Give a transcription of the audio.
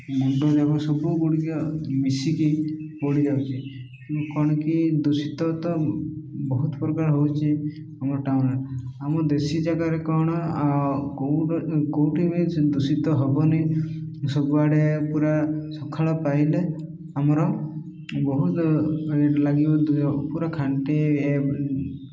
ମୁୁଣ୍ଡଯାକ ସବୁଗୁଡ଼ିକ ମିଶିକି ପଡ଼ିଯାଉଛି କ'ଣ କି ଦୂଷିତ ତ ବହୁତ ପ୍ରକାର ହେଉଛି ଆମ ଟାଉନ୍ ଆମ ଦେଶୀ ଜାଗାରେ କ'ଣ ଆଉ କେଉଁ କେଉଁଠି ବି ଦୂଷିତ ହେବନି ସବୁଆଡ଼େ ପୁରା ସକାଳ ପାଇଲେ ଆମର ବହୁତ ଲାଗିବ ପୁରା ଖାଣ୍ଟି